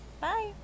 Bye